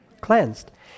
cleansed